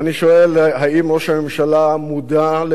האם ראש הממשלה מודע למצוקתם,